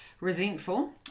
resentful